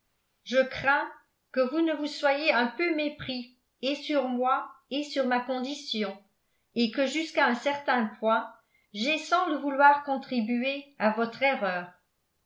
je crains que vous ne vous soyez un peu mépris et sur moi et sur ma condition et que jusqu'à un certain point j'aie sans le vouloir contribué à votre erreur